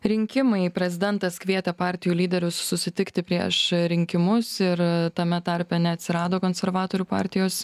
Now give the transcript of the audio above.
rinkimai prezidentas kvietė partijų lyderius susitikti prieš rinkimus ir tame tarpe neatsirado konservatorių partijos